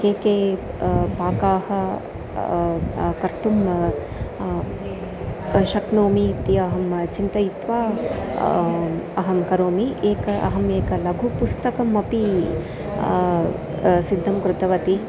के के पाकाः कर्तुं शक्नोमि इति अहं चिन्तयित्वा अहं करोमि एक अहम् एक लघुः पुस्तकमपि सिद्धं कृतवती